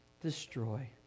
destroy